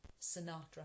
Sinatra